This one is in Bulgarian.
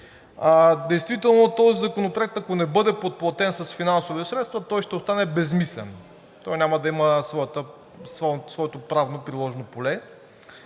Действително този законопроект, ако не бъде подплатен с финансови средства, той ще остане безсмислен, той няма да има своето правно приложно поле.